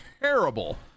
terrible